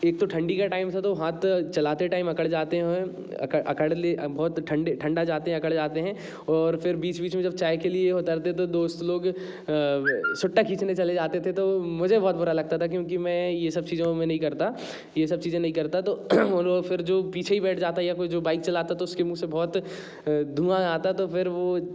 एक तो ठंडी का टाइम था तो हाथ चलाते टाइम अकड़ जाते हैं अकड़ ले बहुत ठंडा जाते हैं अकड़ जाते हैं और फिर बीच बीच में चाय के लिए उतरते हैं तो दोस्त लोग सुट्टा खींचने चले जाते थे मुझे बहुत बुरा लगता था क्योंकि मैं ये सब चीज मैं नहीं करता ये सब चीज नहीं करता तो पीछे जो बैठ जाता है बाइक चलाता तो उसके मुँह से बहुत धुआँ आता तो फिर वो